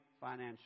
financial